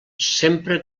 sempre